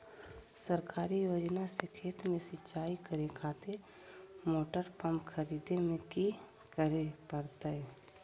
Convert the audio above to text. सरकारी योजना से खेत में सिंचाई करे खातिर मोटर पंप खरीदे में की करे परतय?